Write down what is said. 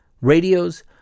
Radios